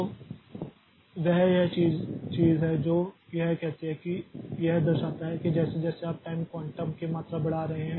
तो यह वह चीज है जो यह कहती है कि यह दर्शाता है कि जैसे जैसे आप टाइम क्वांटम की मात्रा बढ़ा रहे हैं